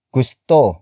gusto